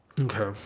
Okay